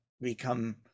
become